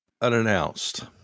unannounced